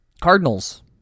Cardinals